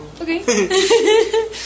Okay